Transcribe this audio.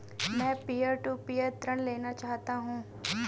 मैं peer to peer ऋण लेना चाहता हूँ